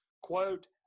quote